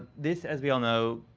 this as we all know,